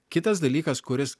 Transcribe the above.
kitas dalykas kuris